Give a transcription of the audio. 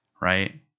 right